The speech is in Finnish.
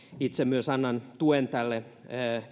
itse myös annan tuen tälle